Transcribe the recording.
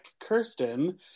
Kirsten